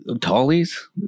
tallies